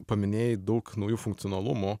paminėjai daug naujų funkcionalumų